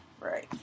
Right